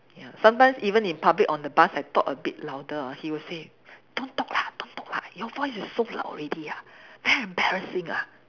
ya sometimes even in public on the bus I talk a bit louder ah he will say don't talk lah don't talk lah your voice is so loud already ah very embarrassing lah